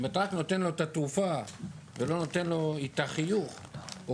אם אתה רק נותן לו את התרופה ולא נותן לו את החיוך או